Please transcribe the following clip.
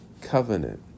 covenant